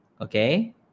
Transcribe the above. okay